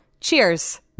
Cheers